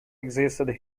existed